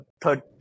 third